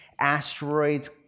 asteroids